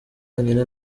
yonyine